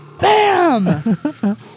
bam